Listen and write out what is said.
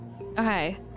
Okay